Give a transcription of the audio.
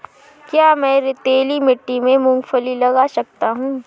क्या मैं रेतीली मिट्टी में मूँगफली लगा सकता हूँ?